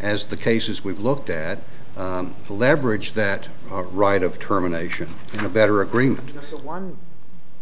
as the cases we've looked at to leverage that right of terminations and a better agreement one